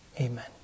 Amen